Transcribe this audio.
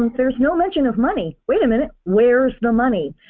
there's no mention of money. wait a minute where's the money?